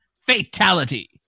fatality